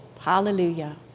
hallelujah